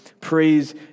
praise